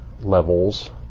levels